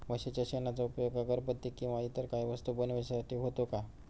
म्हशीच्या शेणाचा उपयोग अगरबत्ती किंवा इतर काही वस्तू बनविण्यासाठी होतो का?